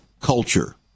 culture